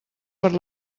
per